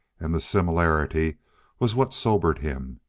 and the similarity was what sobered him.